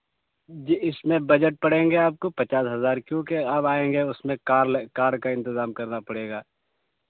جی اس میں بجٹ پڑیں گے آپ کو پچاس ہزار کیوںکہ آپ آئیں گے اس میں کار لے کار کا انتظام کرنا پڑے گا